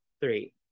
three